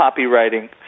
copywriting